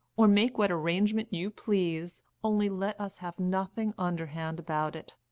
or make what arrangement you please, only let us have nothing underhand about it.